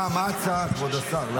מה ההצעה, כבוד השר?